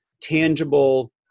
tangible